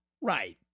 Right